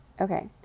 Okay